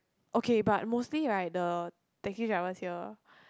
okay but mostly right the taxi drivers here